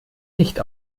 nicht